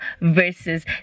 versus